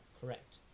Correct